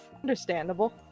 Understandable